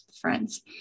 friends